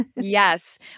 Yes